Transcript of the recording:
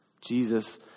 Jesus